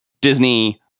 Disney